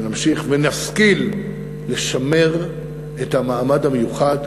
שנמשיך ונשכיל לשמר את המעמד המיוחד,